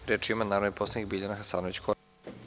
Reč ima narodna poslanica Biljana Hasanović Korać.